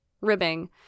ribbing